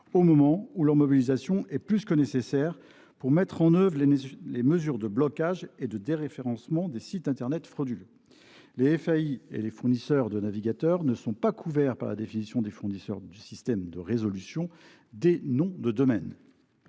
au moment où leur mobilisation est plus que nécessaire pour mettre en œuvre les mesures de blocage et de déréférencement des sites internet frauduleux. Les FAI et les fournisseurs de navigateurs ne sont pas couverts par la définition des fournisseurs de systèmes de résolution des noms de domaine.